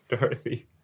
Dorothy